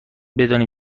بدانیم